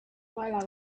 while